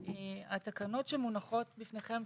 התקנות שמונחות בפניכם,